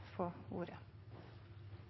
få